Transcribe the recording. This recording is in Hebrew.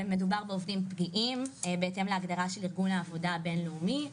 מדובר בעובדים פגיעים בהתאם להגדרה של ארגון העבודה הבין לאומי.